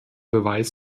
beweis